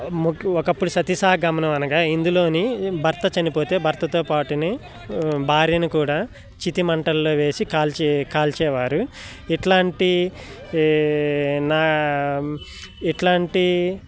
ఒకప్పుడు సతీసహగమనం అనగా ఇందులోని భర్త చనిపోతే భర్తతో పాటుని భార్యని కూడా చితి మంటల్లో వేసి కాల్చి కాల్చేవారు ఇట్లాంటి నా ఇట్లాంటి